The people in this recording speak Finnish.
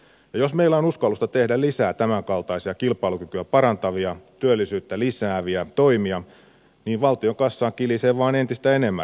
jos meillä on uskallusta tehdä lisää tämänkaltaisia kilpailukykyä parantavia työllisyyttä lisääviä toimia niin valtion kassaan kilisee vain entistä enemmän rahaa